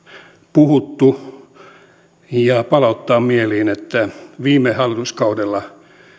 puhuttu ja palauttaa mieliin että viime hallituskaudella